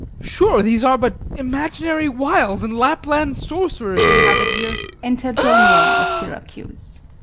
sure, these are but imaginary wiles, and lapland sorcerers inhabit here. enter dromio of syracuse